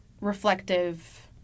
reflective